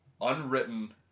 Unwritten